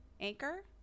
Anchor